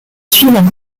suivant